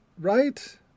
Right